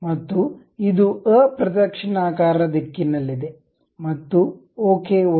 ಮತ್ತು ಇದು ಅಪ್ರದಕ್ಷಿಣಾಕಾರ ದಿಕ್ಕಿನಲ್ಲಿದೆ ಮತ್ತು ಓಕೆ ಒತ್ತಿ